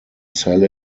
sell